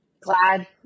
Glad